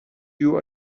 you